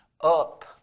up